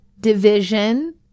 division